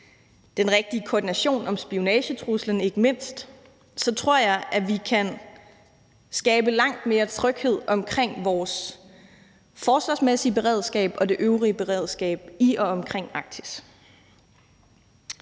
den rigtige koordination, ikke mindst om spionagetruslen, tror jeg, at vi kan skabe langt mere tryghed om vores forsvarsmæssige beredskab og det øvrige beredskab i og omkring Arktis.